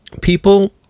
people